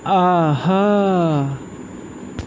آہا